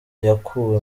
yakuwe